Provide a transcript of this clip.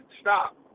stop